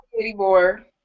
anymore